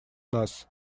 нас